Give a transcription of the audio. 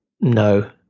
No